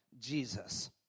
Jesus